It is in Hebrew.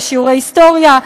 יש שיעורי היסטוריה,